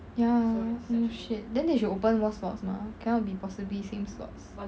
ya oh shit then they should open more slots mah cannot be possibly same slots